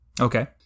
Okay